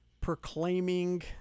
proclaiming